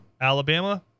Alabama